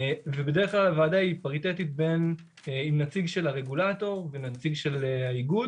בדרך כלל הוועדה היא פריטטית עם נציג של הרגולטור ונציג של האיגוד,